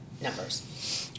numbers